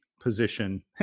position